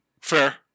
fair